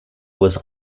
was